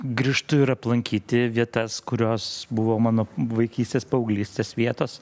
grįžtu ir aplankyti vietas kurios buvo mano vaikystės paauglystės vietos